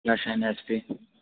shine S P